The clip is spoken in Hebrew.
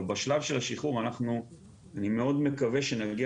אבל בשלב של השחרור אני מאוד מקווה שנגיע